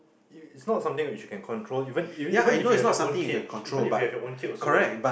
it's not something which you can control even even if you have your own kid even if you have your own kid also what if